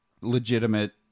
legitimate